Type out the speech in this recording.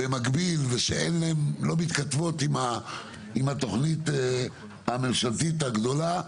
במקביל ושאינן מתכתבות עם התוכנית הגדולה.